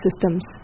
systems